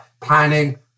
planning